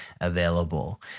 available